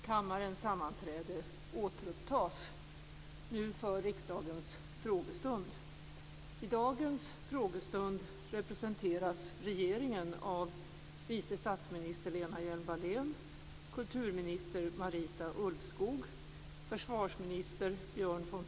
Kammarens sammanträde återupptas, nu för riksdagens frågestund. I dagens frågestund representeras regeringen av vice statsminister Lena Hjelm-Wallén, kulturminister Marita Ulvskog, försvarsminister Lejon.